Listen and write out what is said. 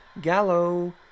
Gallo